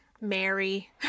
Mary